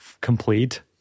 complete